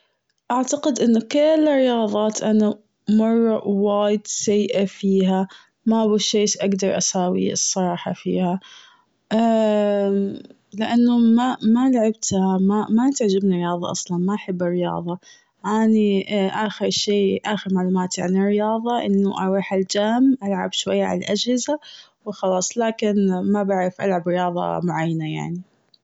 اعتقد إنه كل الرياضات أنا مرة وايد سيئة فيها. ما في شي اقدر اساويه الصراحة فيها. لأنه ما- ما لعبتها ما- ما تعجبني رياضة أصلاً ما أحب الرياضة. أني آخر شي اغنى ما تعنيه الرياضة إنه اروح gym العب شوية على الأجهزة. و خلاص لكن ما بعرف ألعب رياضة معينة يعني.